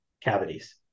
cavities